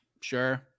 Sure